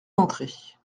d’entrer